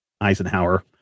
Eisenhower